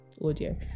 audio